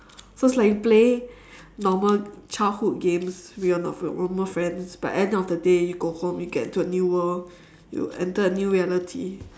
so it's like you play normal childhood games with your normal friends but end of the day you go home you get into a new world you enter a new reality